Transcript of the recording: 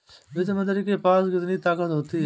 वित्त मंत्री के पास कितनी ताकत होती है?